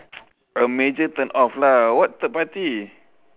a major turn off lah what third party